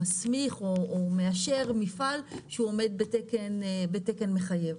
מסמיך או מאשר מפעל שהוא עומד בתקן מחייב.